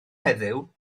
heddiw